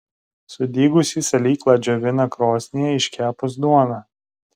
sudygusį salyklą džiovina krosnyje iškepus duoną